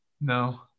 No